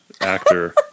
actor